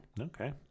Okay